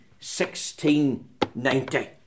1690